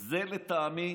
זה לטעמי